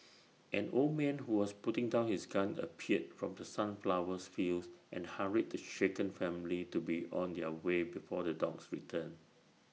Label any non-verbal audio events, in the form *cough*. *noise* an old man who was putting down his gun appeared from the sunflowers fields and hurried the shaken family to be on their way before the dogs return